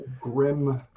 grim